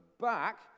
back